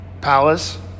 palace